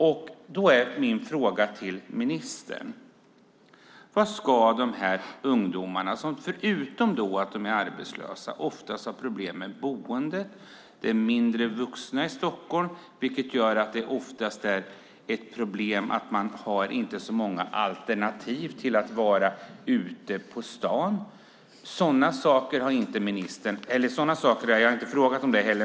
Min fråga till ministern är: Vad ska dessa ungdomar göra, som förutom att de är arbetslösa ofta har problem med boende? Det är färre vuxna i Stockholm. Det gör att det oftast är ett problem. De har inte så många alternativ till att vara ute på stan. Jag har inte frågat om det.